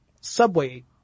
subway